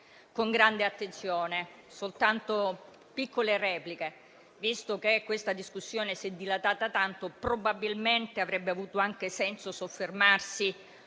con grande attenzione. Aggiungo soltanto piccole repliche. Visto che questa discussione si è dilatata tanto, probabilmente avrebbe avuto anche senso soffermarsi